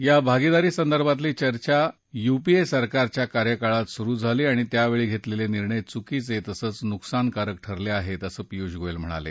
या भागिदारी संदर्भातली चर्चा युपीए सरकारच्या कार्यकाळात सुरु झाली आणि त्यावेळी घेतलेले निर्णय चुकीचे तसंच नुकसानकारक ठरले आहेत असं पियुष गोयल म्हणाले